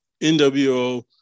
NWO